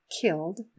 killed